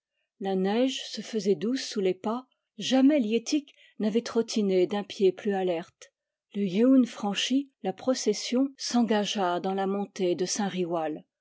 la neige se faisait douce sous les pas jamais liettik n'avait trottiné d'un pied plus alerte le yeun franchi la procession s'engagea dans la montée de